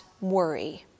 worry